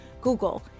Google